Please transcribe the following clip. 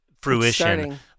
fruition